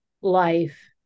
life